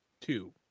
Two